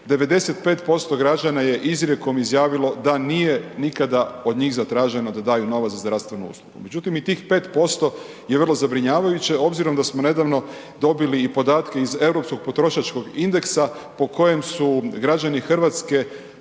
95% građana je izrijekom izjavilo da nije nikada od njih zatraženo da daju novac za zdravstvenu uslugu. Međutim, i tih 5% je vrlo zabrinjavajuće obzirom da smo nedavno dobili i podatke iz Europskog potrošačkog indeksa po kojem su građani RH na